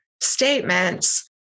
statements